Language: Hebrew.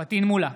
פטין מולא,